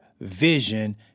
vision